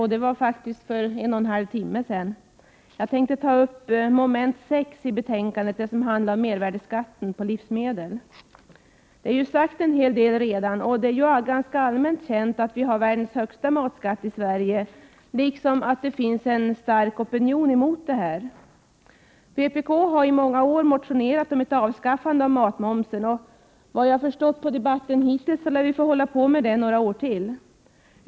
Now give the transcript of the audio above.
En hel del har redan sagts om denna, och det är ju allmänt känt att vi har världens högsta matskatt i Sverige, liksom att det finns en stark opinion mot denna. Vpk har i många år motionerat om ett avskaffande av matmomsen, och att döma av debatten hittills får vi hålla på ännu några år.